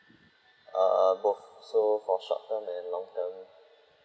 err both so for short term and long term